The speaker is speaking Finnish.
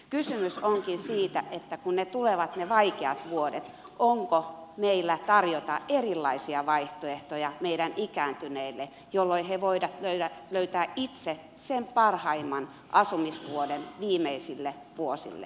kysymys onkin siitä että kun tulevat ne vaikeat vuodet onko meillä tarjota erilaisia vaihtoehtoja meidän ikääntyneille jolloin he voivat löytää itse sen parhaimman asumismuodon viimeisille vuosillensa